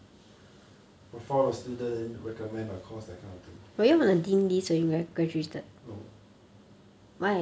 profile the student then recommend a course that kind of thing no